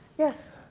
yes?